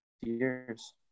years